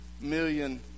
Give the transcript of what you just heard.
million